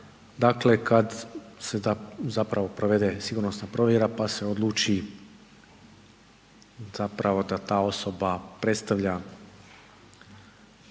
dakle kada se provede sigurnosna provjera pa se odluči da ta osoba predstavlja